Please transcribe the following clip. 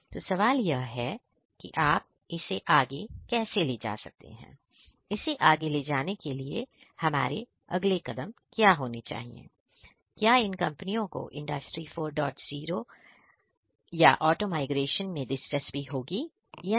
जो सवाल यह है कि आप इसे आगे कैसे ले जा सकते हैं इसे आगे ले जाने के लिए हमारे अगले कदम क्या होनी चाहिए क्या इन कंपनियों को इंडस्ट्री 40 यादव ऑटो माइग्रेशन में दिलचस्पी होगी या नहीं